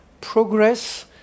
progress